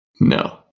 No